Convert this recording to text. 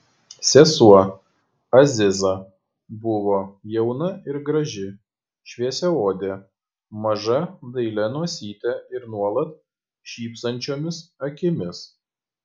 sesuo aziza buvo jauna ir graži šviesiaodė maža dailia nosyte ir nuolat šypsančiomis akimis